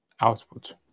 output